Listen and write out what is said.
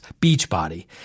Beachbody